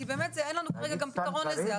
כי אין גם פתרון לזה כרגע.